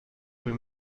for